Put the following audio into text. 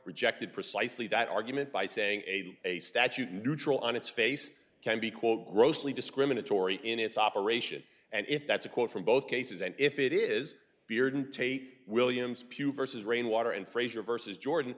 rejected precisely that argument by saying a statute neutral on its face can be quote grossly discriminatory in its operation and if that's a quote from both cases and if it is feared tape william spew versus rain water and frazier versus jordan